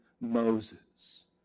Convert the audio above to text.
Moses